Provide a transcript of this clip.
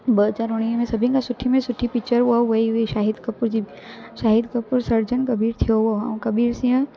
ॿ हज़ार उणिवीह में सभिनि खां सुठी में सुठी पिचर उहा वई हुई शाहिद कपूर जी शाहिद कपूर सर्जन कबीर ठहियो हुओ ऐं कबीर सिंघ